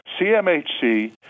CMHC